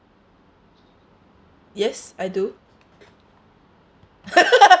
yes I do